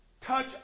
touch